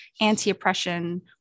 anti-oppression